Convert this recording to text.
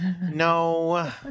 No